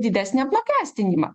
didesnį apmokestinimą